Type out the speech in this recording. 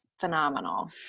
phenomenal